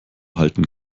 halten